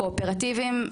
קואופרטיבים,